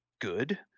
good